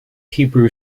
hebrew